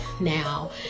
Now